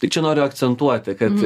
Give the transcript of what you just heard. tai čia noriu akcentuoti kad